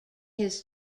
his